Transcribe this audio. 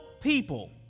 people